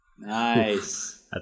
nice